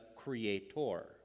creator